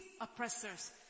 oppressors